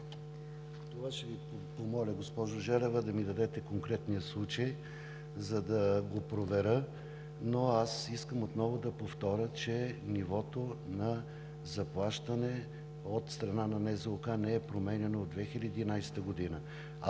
Ще Ви помоля, госпожо Желева, да ми дадете конкретния случай, за да го проверя. Но искам отново да повторя, че нивото на заплащане от страна на НЗОК не е променяно от 2011 г.